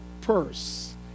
purse